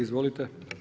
Izvolite.